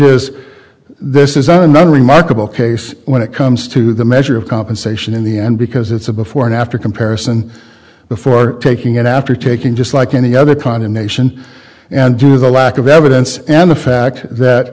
is this is another remarkable case when it comes to the measure of compensation in the end because it's a before and after comparison before taking after taking just like any other condemnation and the lack of evidence and the fact that